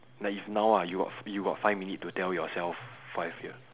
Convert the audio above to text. like if now ah you got you got five minute to tell yourself five year